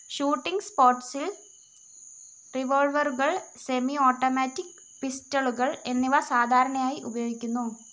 shooting സ്പോർട്സിൽ റിവോൾവറുകൾ semi automatic പിസ്റ്റളുകൾ എന്നിവ സാധാരണയായി ഉപയോഗിക്കുന്നു